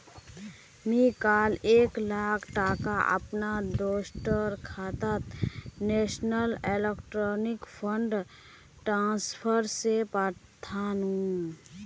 मी काल एक लाख टका अपना दोस्टर खातात नेशनल इलेक्ट्रॉनिक फण्ड ट्रान्सफर से पथानु